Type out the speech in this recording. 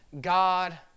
God